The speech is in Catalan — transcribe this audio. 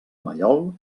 mallol